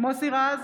מוסי רז,